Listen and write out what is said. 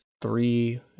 three